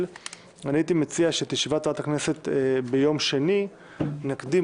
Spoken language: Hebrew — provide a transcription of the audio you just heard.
הייתי מציע שאת ישיבת הכנסת ביום שני נקדים,